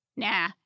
Nah